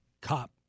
cop